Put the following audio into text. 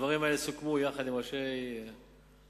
הדברים האלה סוכמו יחד עם ראשי המועצות.